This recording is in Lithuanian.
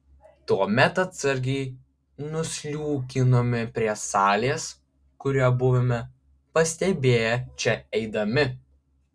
tuomet atsargiai nusliūkinome prie salės kurią buvome pastebėję čia eidami